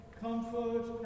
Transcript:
comfort